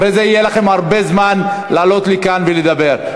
אחרי זה יהיה לכם הרבה זמן לעלות לכאן ולדבר.